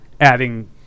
adding